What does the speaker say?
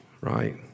right